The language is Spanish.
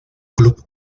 club